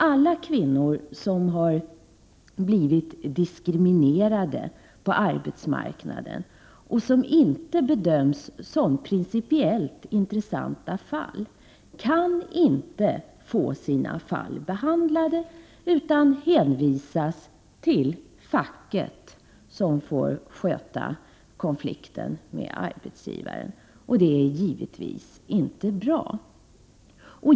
Alla kvinnor som har blivit diskriminerade på arbetsmarknaden, och som inte bedöms som principiellt intressanta fall, kan inte få sina fall behandlade, utan hänvisas till facket, som får sköta konflikten med arbetsgivaren. Det är givetvis inte bra.